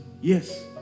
yes